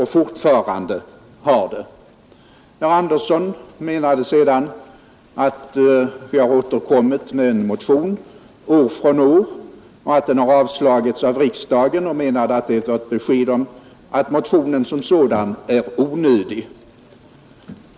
Herr Andersson i Storfors erinrade om att vi återkommit med denna motion år efter år och att den vid varje tillfälle avslagits av riksdagen. Han menade att det var ett besked om att motionen som sådan var onödig.